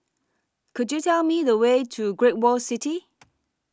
Could YOU Tell Me The Way to Great World City